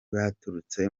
baturutse